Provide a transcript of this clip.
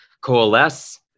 coalesce